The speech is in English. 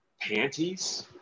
Panties